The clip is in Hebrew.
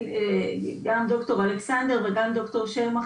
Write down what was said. גם דר' אלכסנדר וגם דר' שלמך,